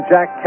Jack